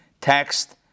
Text